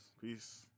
Peace